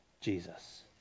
Jesus